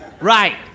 Right